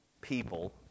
people